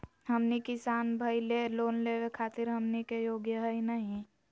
हमनी किसान भईल, लोन लेवे खातीर हमनी के योग्य हई नहीं?